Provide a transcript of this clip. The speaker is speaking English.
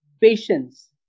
patience